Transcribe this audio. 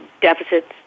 deficits